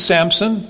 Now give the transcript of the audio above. Samson